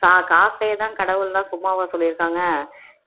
சா காசேதான் கடவுள்னால் சும்மாவா சொல்லியிருக்காங்க